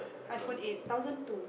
iPhone eight thousand two